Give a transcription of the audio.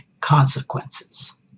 consequences